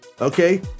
Okay